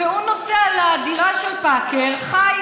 והוא נוסע לדירה של פאקר, חי